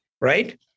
right